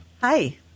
Hi